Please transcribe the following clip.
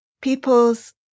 people's